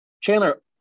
Chandler